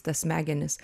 tas smegenis